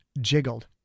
jiggled